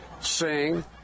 sing